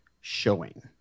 showing